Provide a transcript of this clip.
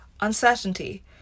uncertainty